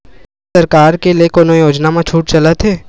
का सरकार के ले कोनो योजना म छुट चलत हे?